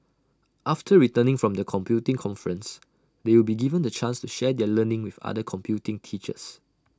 after returning from the computing conference they will be given the chance to share their learning with other computing teachers